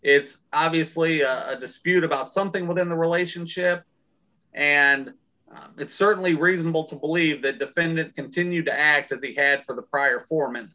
is obviously a dispute about something within the relationship and it's certainly reasonable to believe that defendant continued to act that they had for the prior foreman